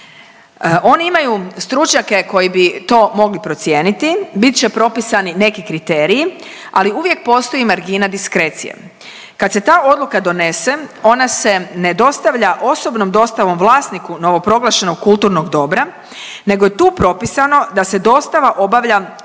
Oni imaju stručnjake koji bi to mogli procijeniti, bit će propisani neki kriteriji, ali uvijek postoji margina diskrecije. Kad se ta odluka donese ona se ne dostavlja osobnom dostavom vlasniku novoproglašenog kulturnog dobra nego je tu propisano da se dostava obavlja samo